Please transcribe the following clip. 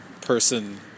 person